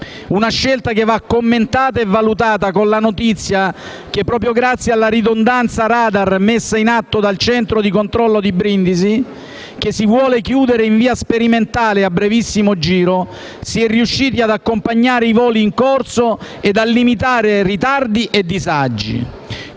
una scelta che va commentata e valutata con la notizia che, proprio grazie alla ridondanza *radar* messa in atto dal centro di controllo di Brindisi, che si vuole chiudere in via sperimentale a brevissimo giro, si è riusciti ad accompagnare i voli in corso e a limitare i ritardi e i disagi.